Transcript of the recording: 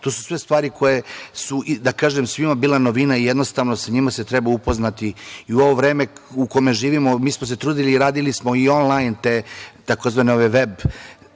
To su sve stvari koje su, da kažem, bila novina i jednostavno sa njima se treba upoznati.I u ovo vreme u kome živimo, mi smo se trudili i radili smo i on-lajn te tzv. „veb